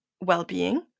well-being